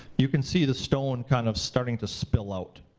you can see the stone kind of starting to spill out.